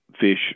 fish